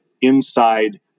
inside